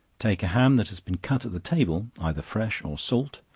take a ham that has been cut at the table, either fresh or salt,